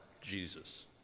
Jesus